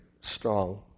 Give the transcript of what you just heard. strong